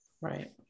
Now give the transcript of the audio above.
Right